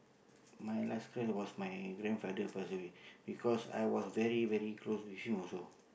my last cry was my grandfather pass away because I was very very close to him also